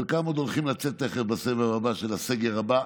חלקם עוד הולכים לצאת תכף, בסבב הבא, בסגר הבא,